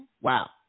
Wow